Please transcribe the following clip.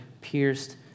pierced